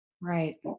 Right